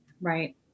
Right